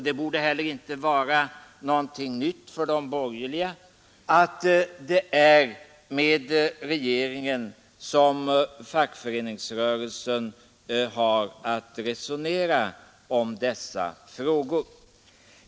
Det borde heller inte vara nytt för de borgerliga att det är med regeringen som fackföreningsrörelsen vill resonera om dessa frågor.